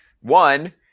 One